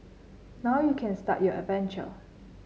now you can start your adventure